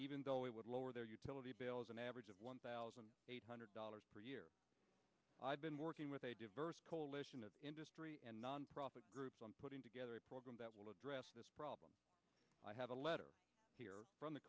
even though it would lower their utility bills an average of one thousand eight hundred dollars per year i've been working with a diverse coalition of industry and nonprofit groups on putting together a program that will address this problem i have a letter here from the